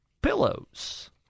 pillows